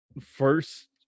first